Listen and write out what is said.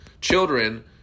children